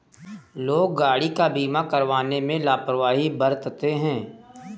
लोग गाड़ी का बीमा करवाने में लापरवाही बरतते हैं